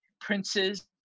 princes